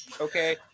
okay